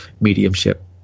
mediumship